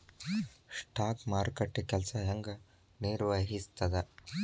stock ಮಾರುಕಟ್ಟೆ ಕೆಲ್ಸ ಹೆಂಗ ನಿರ್ವಹಿಸ್ತದ